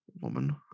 woman